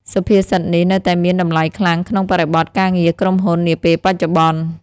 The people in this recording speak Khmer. សុភាសិតនេះនៅតែមានតម្លៃខ្លាំងក្នុងបរិបទការងារក្រុមហ៊ុននាពេលបច្ចុប្បន្ន។